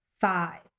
five